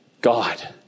God